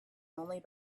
only